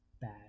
bad